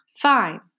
Fine